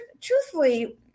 truthfully